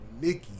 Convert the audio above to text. Nikki